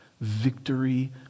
victory